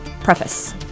Preface